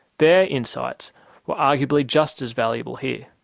their insights were arguably just as valuable here.